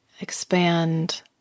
expand